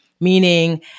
meaning